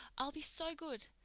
i'll be so good.